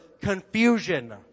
confusion